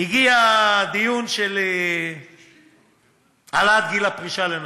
הגיע דיון על העלאת גיל הפרישה לנשים.